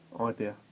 idea